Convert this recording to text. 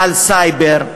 על סייבר,